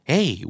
Hey